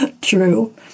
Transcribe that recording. True